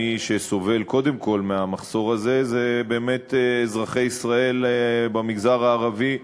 מי שסובל קודם כול מהמחסור הזה אלה באמת אזרחי ישראל במגזר הערבי.